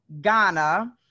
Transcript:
Ghana